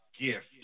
gift